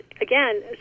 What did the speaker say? again